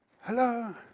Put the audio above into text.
Hello